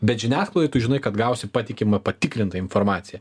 bet žiniasklaidoj tu žinai kad gausi patikimą patikrintą informaciją